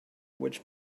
which